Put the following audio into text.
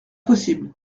possible